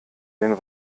den